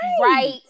right